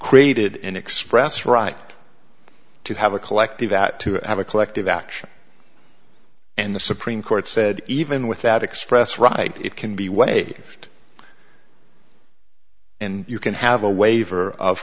created in express right to have a collective that to have a collective action and the supreme court said even with that express right it can be way and you can have a waiver of